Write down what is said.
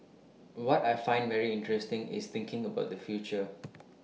what I find very interesting is thinking about the future